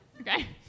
Okay